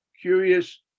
curious